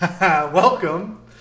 Welcome